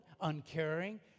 uncaring